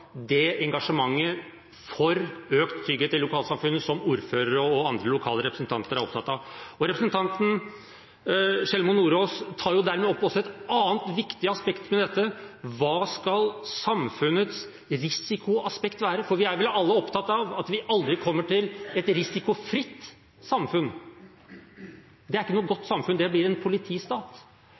det engasjementet for økt trygghet i lokalsamfunnet som ordførere og andre lokale representanter er opptatt av. Representanten Sjelmo Nordås tar jo dermed opp også et annet viktig aspekt ved dette: Hva skal samfunnets risikoaspekt være? For vi er vel alle opptatt av at vi aldri kommer til et risikofritt samfunn? Det er ikke et godt samfunn – det blir en politistat.